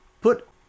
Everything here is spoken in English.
Put